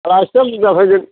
आलासिया बुरजा फैगोन